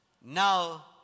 Now